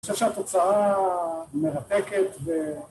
‫אני חושב שהתוצאה מרתקת ו...